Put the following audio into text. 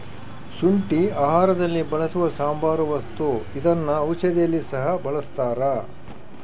ಶುಂಠಿ ಆಹಾರದಲ್ಲಿ ಬಳಸುವ ಸಾಂಬಾರ ವಸ್ತು ಇದನ್ನ ಔಷಧಿಯಲ್ಲಿ ಸಹ ಬಳಸ್ತಾರ